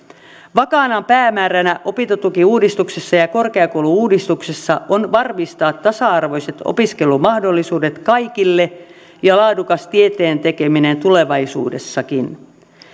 vakaana päämääränä opintotukiuudistuksessa ja ja korkeakoulu uudistuksessa on varmistaa tasa arvoiset opiskelumahdollisuudet kaikille ja laadukas tieteen tekeminen tulevaisuudessakin